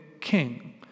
king